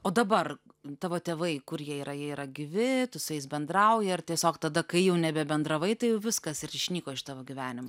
o dabar tavo tėvai kur jie yra jie yra gyvi tu su jais bendrauji ar tiesiog tada kai jau nebebendravai tai jau viskas ir išnyko iš tavo gyvenimo